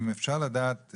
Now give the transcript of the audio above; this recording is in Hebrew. אם אפשר לדעת,